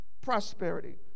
prosperity